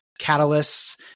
catalysts